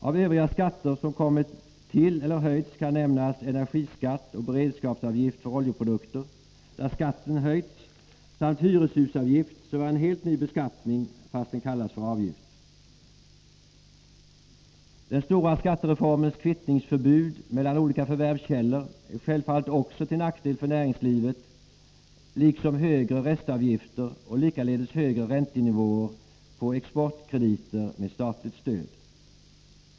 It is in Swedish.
Av övriga skatter som kommit till eller höjts kan nämnas energiskatt och beredskapsavgift för oljeprodukter, där skatten höjts, samt hyreshusavgift, som är en helt ny beskattning, fast den kallas för avgift. Den stora skattereformens kvittningsförbud mellan olika förvärvskällor är självfallet också till nackdel för näringslivet liksom högre restavgifter och likaledes högre räntenivåer på exportkrediter med statligt stöd.